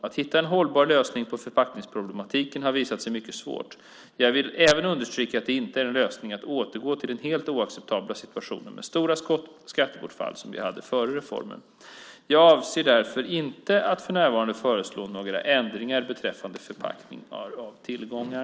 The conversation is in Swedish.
Att hitta en hållbar lösning på förpackningsproblematiken har visat sig mycket svårt. Jag vill även understryka att det inte är en lösning att återgå till den helt oacceptabla situation med stora skattebortfall som vi hade före reformen. Jag avser därför inte att för närvarande föreslå några ändringar beträffande förpackningar av tillgångar.